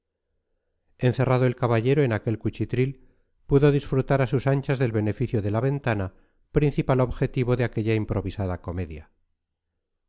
encerrado el caballero en aquel cuchitril pudo disfrutar a sus anchas del beneficio de la ventana principal objetivo de aquella improvisada comedia